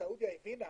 סעודיה הבינה,